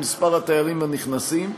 במספר התיירים הנכנסים.